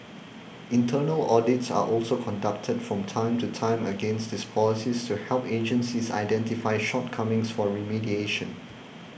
internal audits are also conducted from time to time against these policies to help agencies identify shortcomings for remediation